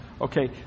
okay